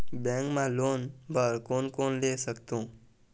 Bank मा loan बर कोन कोन ले सकथों?